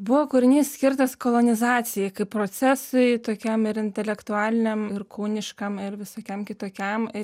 buvo kūrinys skirtas kolonizacijai kaip procesui tokiam ir intelektualiniam ir kūniškam ir visokiam kitokiam ir